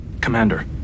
Commander